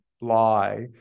lie